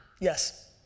Yes